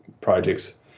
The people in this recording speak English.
projects